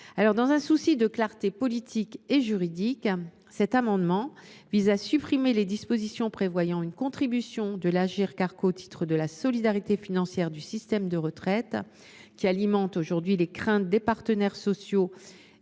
lors, dans un souci de clarté politique et juridique, cet amendement vise à supprimer les dispositions prévoyant une contribution de l’Agirc Arrco au titre de la solidarité financière du système de retraite, dispositions qui alimentent les craintes des partenaires sociaux,